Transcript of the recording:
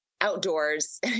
outdoors